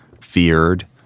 feared